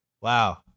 Wow